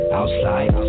outside